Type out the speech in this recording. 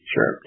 Sure